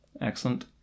excellent